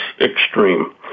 extreme